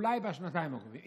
אולי בשנתיים הקרובות,